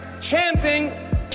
chanting